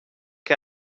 que